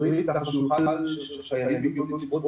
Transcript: -- (שיבוש בקו) שהחיילים יוכלו לצפות